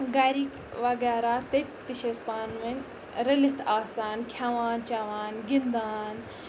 گَرِکۍ وَغیرہ تتہِ تہِ چھِ أسۍ پانہٕ ؤنۍ رٔلِتھ آسان کھٮ۪وان چٮ۪وان گِنٛدان